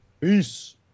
Peace